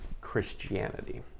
Christianity